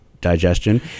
digestion